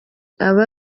aba